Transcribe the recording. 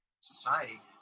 Society